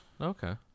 Okay